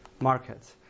markets